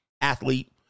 athlete